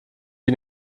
die